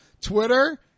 Twitter